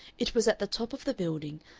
it was at the top of the building,